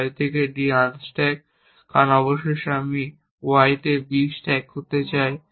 y থেকে d unstack কারণ অবশেষে আমি y তে b স্ট্যাক করতে চাই